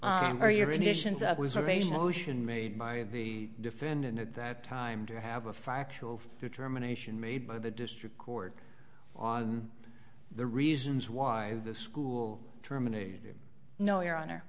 operational ocean made by the defendant at that time to have a factual determination made by the district court on the reasons why the school terminated no your honor